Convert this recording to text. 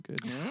good